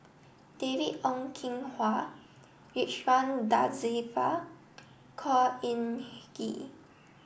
David Ong Kim Huat Ridzwan Dzafir Khor Ean Ghee